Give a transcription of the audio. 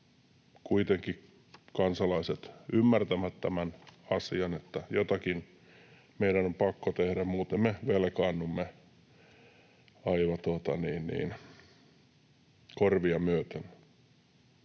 Kuitenkin kansalaiset ymmärtävät tämän asian, että jotakin meidän on pakko tehdä, muuten me velkaannumme aivan korvia myöten.